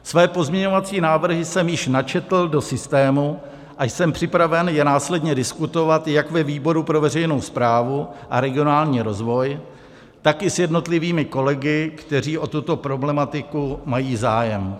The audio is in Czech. Své pozměňovací návrhy jsem již načetl do systému a jsem připraven je následně diskutovat jak ve výboru pro veřejnou správu a regionální rozvoj, tak i s jednotlivými kolegy, kteří o tuto problematiku mají zájem.